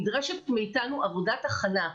נדרשת מאיתנו עבודת הכנה.